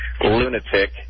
lunatic